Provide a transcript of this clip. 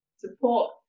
support